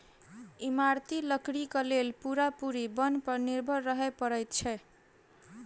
इमारती लकड़ीक लेल पूरा पूरी बन पर निर्भर रहय पड़ैत छै